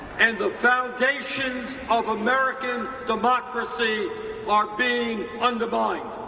and the foundations of american democracy are being undermined